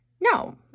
No